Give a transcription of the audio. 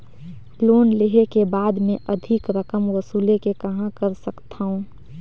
Loan लेहे के बाद मे अधिक रकम वसूले के कहां कर सकथव?